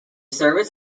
service